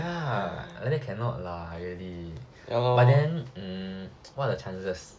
ya like that cannot lah really but then what are the chances